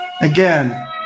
Again